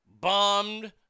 bombed